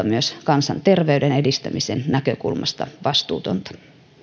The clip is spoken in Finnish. myös kansanterveyden edistämisen näkökulmasta vastuutonta